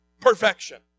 perfection